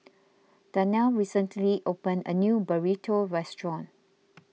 Darnell recently opened a new Burrito restaurant